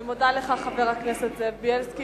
אני מודה לך, חבר הכנסת זאב בילסקי.